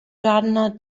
gardener